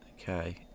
Okay